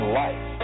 life